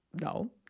No